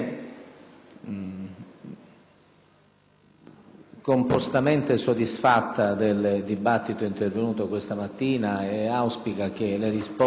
compostamente soddisfatta del dibattito intervenuto questa mattina e auspica che le risposte che ha dato all'Aula possano